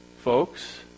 folks